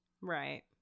Right